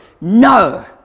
no